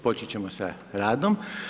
Počet ćemo sa radom.